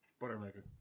Buttermaker